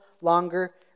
longer